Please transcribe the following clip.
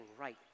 right